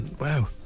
wow